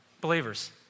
Believers